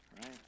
right